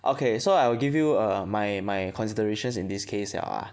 okay so I will give you err my my considerations in this case liao ah